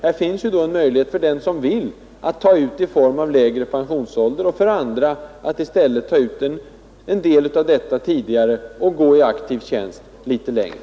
Då finns ju möjlighet för den som vill att ta ut ledigheten i form av lägre pensionsålder, och för andra att i stället ta ut en del tidigare och gå i aktiv tjänst litet längre.